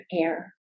air